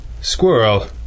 Squirrel